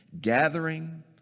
gathering